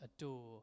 adore